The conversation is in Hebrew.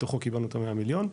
מתוכו קיבלנו את ה-100 מיליון,